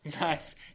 Nice